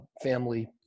family